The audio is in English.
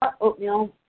oatmeal